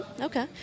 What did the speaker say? Okay